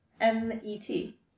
M-E-T